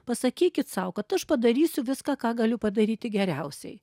pasakykit sau kad aš padarysiu viską ką galiu padaryti geriausiai